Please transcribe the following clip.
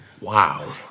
Wow